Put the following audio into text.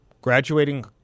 graduating